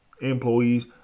employees